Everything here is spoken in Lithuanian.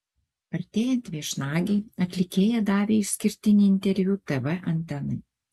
artėjant viešnagei atlikėja davė išskirtinį interviu tv antenai